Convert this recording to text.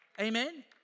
Amen